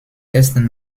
ersten